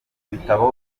ibitabo